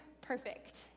perfect